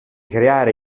creare